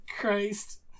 Christ